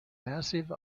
massive